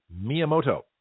Miyamoto